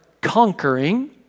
conquering